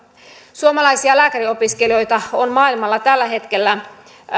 suomalaisia lääkäriopiskelijoita on maailmalla tällä hetkellä